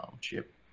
chip